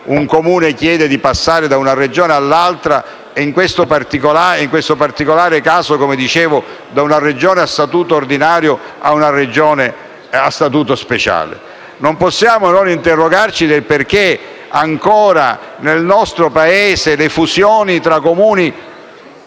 un Comune chieda di passare da una Regione all'altra e, in questo particolare caso, da una Regione a statuto ordinario a una Regione a statuto speciale. Non possiamo non interrogarci del perché nel nostro Paese le fusioni volontarie